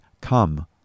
Come